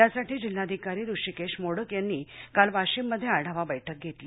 यासाठी जिल्हाधिकारी हृषीकेश मोडक यांनी काल वाशीममध्ये आढावा बैठक घेतली